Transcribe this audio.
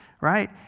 right